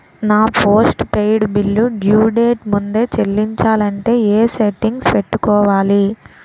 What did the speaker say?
నా post paid bill due date ముందే చెల్లించాలంటే ఎ సెట్టింగ్స్ పెట్టుకోవాలి?